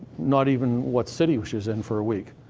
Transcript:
not even what city she was in, for a week.